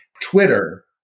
Twitter